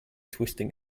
twisting